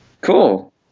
Cool